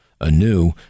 anew